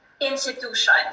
institution